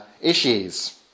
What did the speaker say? issues